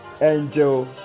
Angel